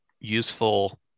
useful